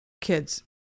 kids